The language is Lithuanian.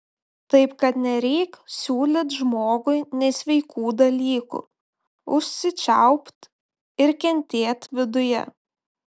taip kad nereik siūlyt žmogui nesveikų dalykų užsičiaupt ir kentėt viduje